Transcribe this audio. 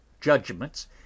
judgments